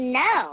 no